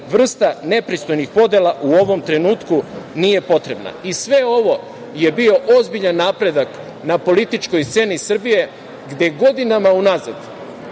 vrsta nepristojnih podela u ovom trenutku nije potrebna i sve ovo je bio ozbiljan napredak na političkoj sceni Srbiji, gde godinama unazad